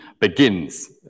begins